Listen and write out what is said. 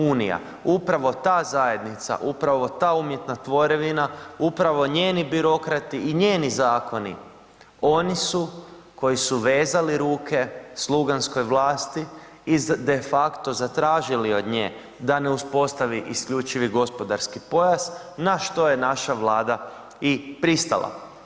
Upravo ta zajednica, upravo ta umjetna tvorevina, upravo njeni birokrati i njeni zakoni, oni su koji su vezali ruke sluganskoj vlasti i de facto zatražili od nje da ne uspostavi isključivi gospodarski pojas na što je naša Vlada i pristala.